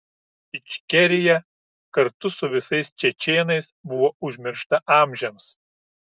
ičkerija kartu su visais čečėnais buvo užmiršta amžiams